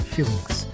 Feelings